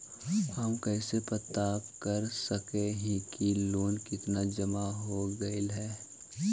हम कैसे पता कर सक हिय की लोन कितना जमा हो गइले हैं?